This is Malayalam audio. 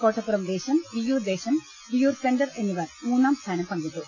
കോട്ടപ്പുറം ദേശം വിയ്യൂർ ദേശം വിയ്യൂർ സെന്റർ എന്നിവർ മൂന്നാം സ്ഥാനം പങ്കിട്ടു